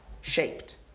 shaped